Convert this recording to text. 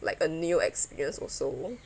like a new experience also